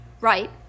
right